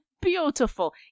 beautiful